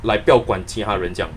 like 不要管其他人这样